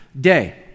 day